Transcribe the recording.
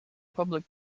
public